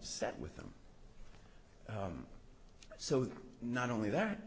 upset with them so that not only that